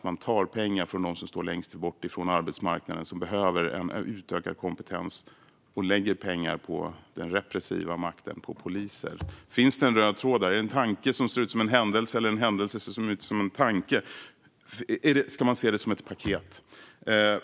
Man tar pengar från dem som står längst bort från arbetsmarknaden med behov av utökad kompetens och lägger pengar på den repressiva makten, på poliser. Finns det en röd tråd där? Är det en tanke som ser ut som en händelse eller en händelse som ser ut som en tanke? Ska man se det som ett paket?